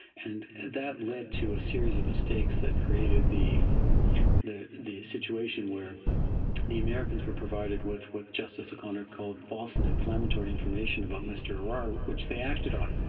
and that led to a series of mistakes that created the the situation where the americans were provided with what justice o'connor called false and inflammatory information about mr arar, which they acted on.